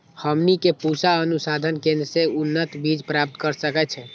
हमनी के पूसा अनुसंधान केंद्र से उन्नत बीज प्राप्त कर सकैछे?